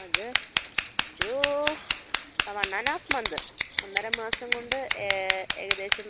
അത് ഒരൂ ആ വൺ ആൻഡ് ഹാഫ് മന്ത് ഒന്നര മാസം കൊണ്ട് ഏകദേശം